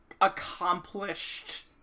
accomplished